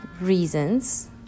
reasons